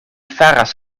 faras